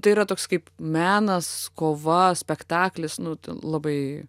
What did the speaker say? tai yra toks kaip menas kova spektaklis nu ten labai